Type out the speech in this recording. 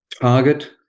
target